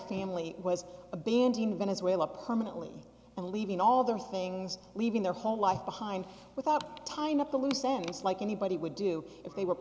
family was abandoned venezuela permanently and leaving all their things leaving their home life behind without time up to loose sense like anybody would do if they were